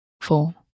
four